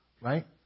Right